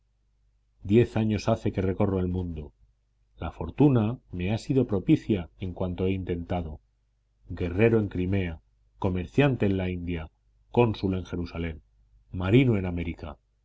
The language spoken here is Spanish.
diez años hace que recorro el mundo la fortuna me ha sido propicia en cuanto he intentado guerrero en crimea comerciante en la india cónsul en jerusalén marino en américa